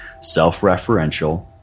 self-referential